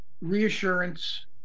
Reassurance